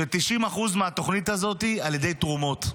ש-90% מהתוכנית הזאת, על ידי תרומות.